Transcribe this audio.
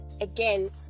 again